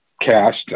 cast